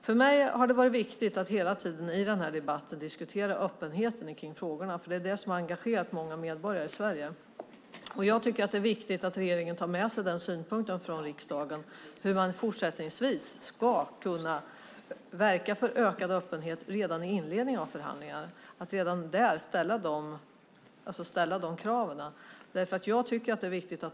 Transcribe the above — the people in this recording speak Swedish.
För mig har det varit viktigt att hela tiden i debatten diskutera öppenheten i frågorna, eftersom det är vad som har engagerat många medborgare i Sverige. Det är viktigt att regeringen tar med sig synpunkten från riksdagen om hur man fortsättningsvis ska kunna verka för ökad öppenhet redan i inledningen av förhandlingar och redan där ställa de kraven.